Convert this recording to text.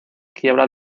quiebra